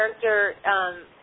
character